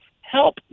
help